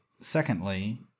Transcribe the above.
secondly